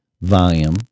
volume